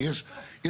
כי יש קונפליקט,